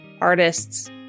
artists